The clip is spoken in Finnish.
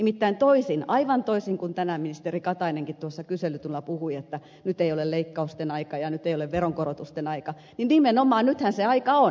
nimittäin toisin aivan toisin kuin tänään ministeri katainenkin tuossa kyselytunnilla puhui että nyt ei ole leikkausten aika ja nyt ei ole veronkorotusten aika niin nimenomaan nythän se aika on